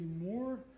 more